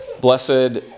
Blessed